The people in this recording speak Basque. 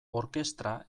orkestra